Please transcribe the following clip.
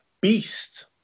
beast